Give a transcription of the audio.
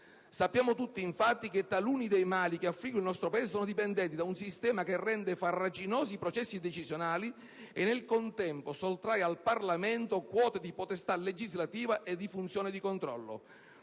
Sappiamo tutti, infatti, che taluni dei mali che affliggono il nostro Paese sono dipendenti da un sistema che rende farraginosi i processi decisionali e, nel contempo, sottrae al Parlamento quote di potestà legislativa e di funzione di controllo.